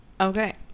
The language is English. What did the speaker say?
Okay